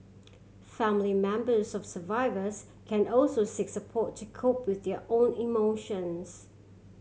family members serve survivors can also seek support to cope with their own emotions